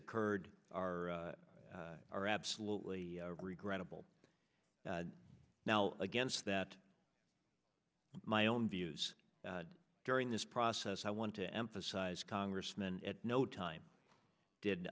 occurred are are absolutely regrettable now against that my own views during this process i want to emphasize congressman at no time did